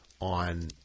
on